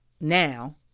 now